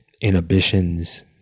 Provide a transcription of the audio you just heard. inhibitions